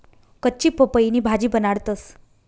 कच्ची पपईनी भाजी बनाडतंस